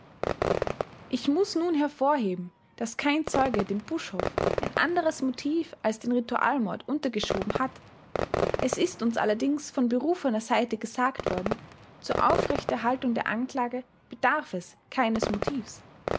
ich muß nun hervorheben daß kein zeuge dem buschhoff ein anderes motiv als den ritualmord untergeschoben hat es ist uns allerdings von berufener seite gesagt worden zur aufrechterhaltung der anklage bedarf es keines motivs